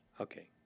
Okay